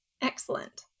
Excellent